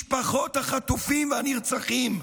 משפחות החטופים והנרצחים,